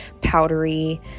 powdery